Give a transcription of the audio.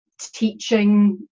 teaching